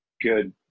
Good